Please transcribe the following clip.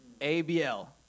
A-B-L